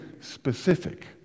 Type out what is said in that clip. specific